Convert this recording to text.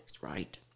right